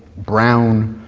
brown,